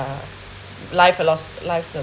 life philo~ life